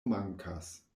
mankas